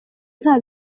nta